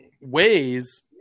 ways